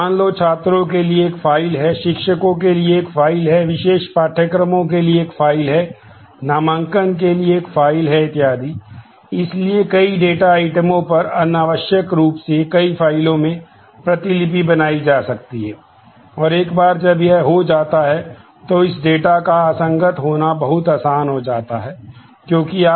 मान लो छात्रों के लिए एक फाइल है शिक्षकों के लिए एक फाइल है विशेष पाठ्यक्रमों के लिए एक फाइल है नामांकन के लिए एक फाइल है इत्यादि